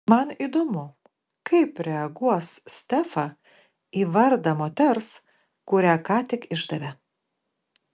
man įdomu kaip reaguos stefa į vardą moters kurią ką tik išdavė